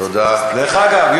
דרך אגב,